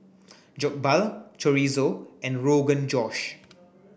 Jokbal Chorizo and Rogan Josh